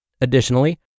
Additionally